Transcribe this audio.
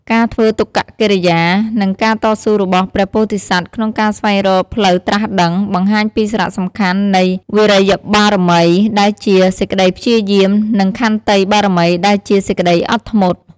ការធ្វើទុក្ករកិរិយា និងការតស៊ូរបស់ព្រះពោធិសត្វក្នុងការស្វែងរកផ្លូវត្រាស់ដឹង បង្ហាញពីសារៈសំខាន់នៃវីរិយបារមី ដែលជា សេចក្តីព្យាយាម និងខន្តីបារមី ដែលជាសេចក្តីអត់ធ្មត់។